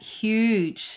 huge